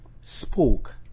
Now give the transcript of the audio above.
spoke